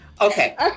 Okay